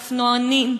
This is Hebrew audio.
אופנוענים,